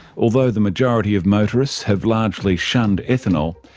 although the majority of motorists have largely shunned ethanol,